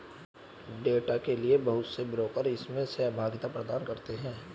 data के लिये बहुत से ब्रोकर इसमें सहभागिता प्रदान करते हैं